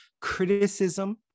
Criticism